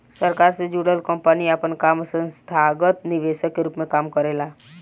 सरकार से जुड़ल कंपनी आपन काम संस्थागत निवेशक के रूप में काम करेला